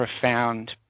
profound